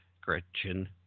Gretchen